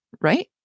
right